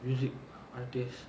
music artists